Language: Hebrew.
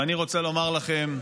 ואני רוצה לומר לכם,